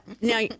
now